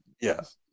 Yes